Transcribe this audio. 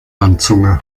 landzunge